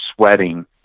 sweating